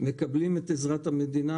ומקבלים את עזרת המדינה.